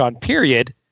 period